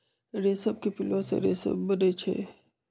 रेशम के पिलुआ से रेशम बनै छै